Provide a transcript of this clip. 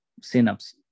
Synapse